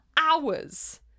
hours